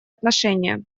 отношения